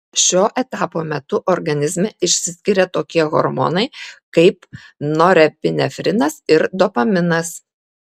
šio etapo metu organizme išsiskiria tokie hormonai kaip norepinefrinas ir dopaminas